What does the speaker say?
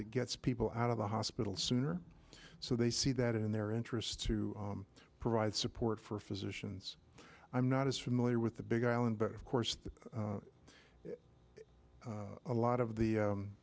gets people out of the hospital sooner so they see that in their interests to provide support for physicians i'm not as familiar with the big island but of course the a lot of the